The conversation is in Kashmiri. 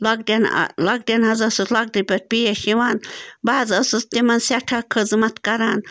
لۄکٹٮ۪ن لۄکٹٮ۪ن حظ ٲسٕس لۄکٹہِ پٲٹھۍ پیش یِوان بہٕ حظ ٲسٕس تِمَن سٮ۪ٹھاہ خٔذمَت کَران